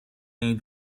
این